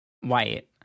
White